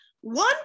one